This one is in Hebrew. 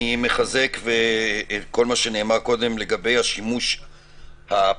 אני מחזק את כל מה שנאמר קודם לגבי השימוש הפסול,